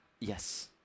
yes